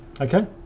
Okay